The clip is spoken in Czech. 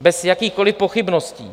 Bez jakýchkoliv pochybností!